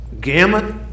gamut